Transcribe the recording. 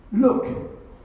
look